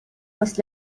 was